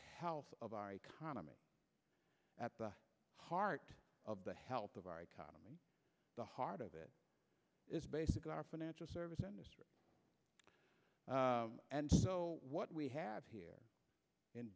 health of our economy at the heart of the health of our economy the heart of it is basically our financial services and so what we have here